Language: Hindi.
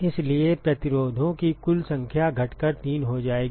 इसलिए प्रतिरोधों की कुल संख्या घटकर तीन हो जाएगी